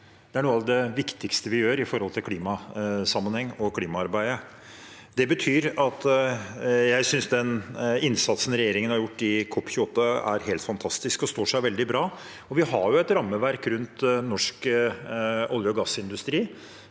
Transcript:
Det er noe av det viktigste vi gjør i klimasammenheng og i klimaarbeidet. Det betyr at jeg synes den innsatsen regjeringen har gjort i COP28, er helt fantastisk og står seg veldig bra. Vi har et rammeverk rundt norsk olje- og gassindustri